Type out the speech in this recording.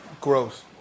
Gross